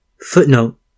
Footnote